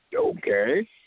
Okay